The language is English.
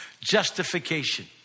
Justification